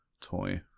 toy